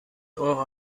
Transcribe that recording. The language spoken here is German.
eurer